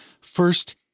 First